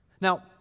now